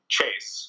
Chase